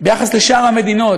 ביחס לשאר המדינות,